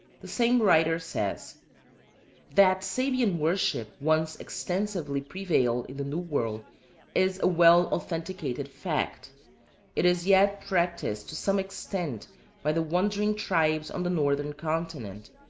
the same writer says that sabian worship once extensively prevailed in the new world is a well-authenticated fact it is yet practised to some extent by the wandering tribes on the northern continent,